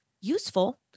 useful